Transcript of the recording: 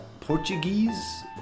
Portuguese